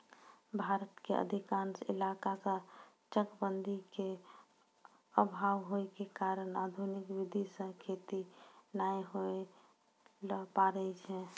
भारत के अधिकांश इलाका मॅ चकबंदी के अभाव होय के कारण आधुनिक विधी सॅ खेती नाय होय ल पारै छै